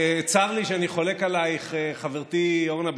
צר לי שאני חולק עלייך, חברתי אורנה ברביבאי,